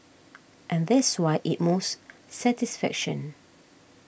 and that's why it moves satisfaction